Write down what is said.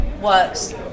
works